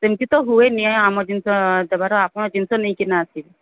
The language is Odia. ସେମିତି ତ ହୁଏ ନି ଆମ ଜିନିଷ ଦେବାର ଆପଣ ଜିନିଷ ନେଇକିନା ଆସିବେ